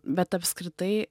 bet apskritai